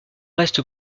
reste